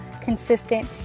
consistent